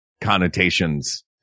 connotations